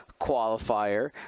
Qualifier